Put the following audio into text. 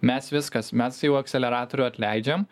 mes viskas mes jau akseleratorių atleidžiam